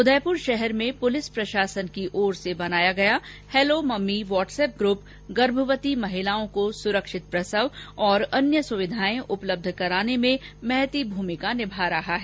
उदयपुर शहर में प्रलिस प्रशासन की ओर से बनाया गया हैलो मम्मी वाट्सऐप ग्रप गर्भवती महिलाओं को सुरक्षित प्रसव और अन्य सुविधाएं उपलब्ध कराने में महत्ती भूमिका निभा रहा है